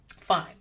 Fine